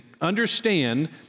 Understand